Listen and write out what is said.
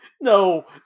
no